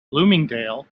bloomingdale